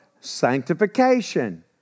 sanctification